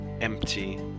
Empty